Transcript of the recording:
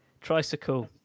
Tricycle